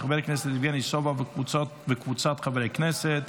של חבר הכנסת יבגני סובה וקבוצת חברי כנסת.